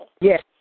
Yes